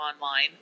online